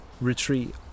retreat